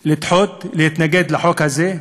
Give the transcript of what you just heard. לדחות ולהתנגד לחוק הזה.